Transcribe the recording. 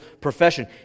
profession